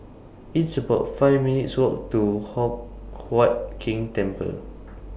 It's about five minutes' Walk to Hock Huat Keng Temple